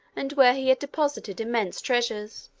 and where he had deposited immense treasures.